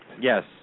Yes